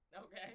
Okay